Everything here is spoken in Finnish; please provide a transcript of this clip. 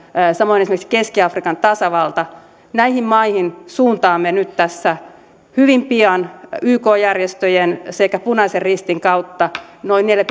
samoin esimerkiksi keski afrikan tasavalta näihin maihin suuntaamme nyt tässä hyvin pian yk järjestöjen sekä punaisen ristin kautta noin neljä